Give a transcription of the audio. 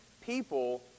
people